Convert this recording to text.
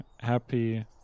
happy